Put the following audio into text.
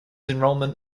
enrolment